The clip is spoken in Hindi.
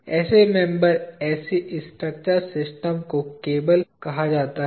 ऐसे मेंबर ऐसी स्ट्रक्चरल सिस्टम को केबल कहा जाता है